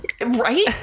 right